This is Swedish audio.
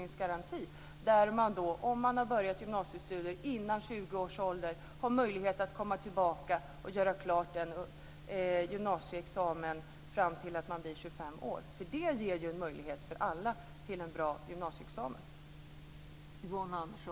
Förslaget innebär att den som har börjat gymnasiestudier innan 20 års ålder har möjlighet att komma tillbaka och göra klart sin gymnasieexamen fram till dess att man blir 25 år. Det ger ju möjlighet till en bra gymnasieexamen för alla.